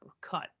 cut